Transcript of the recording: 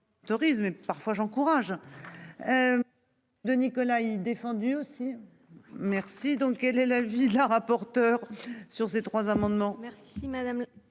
et parfois j'encourage. De Nicolas défendu aussi merci. Donc quel est l'avis de la rapporteure. Sur ces trois amendements, merci. Si madame